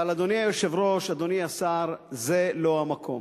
אבל, אדוני היושב-ראש, אדוני השר, זה לא המקום.